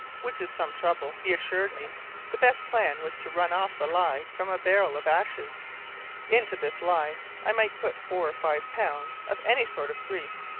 which is some trouble, he assured me the best plan was to run off the ley from a barrel of ashes into this ley i might put four or five pounds of any sort of grease,